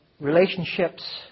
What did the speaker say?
relationships